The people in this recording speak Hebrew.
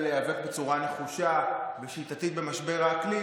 להיאבק בצורה נחושה ושיטתית במשבר האקלים